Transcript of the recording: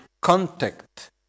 contact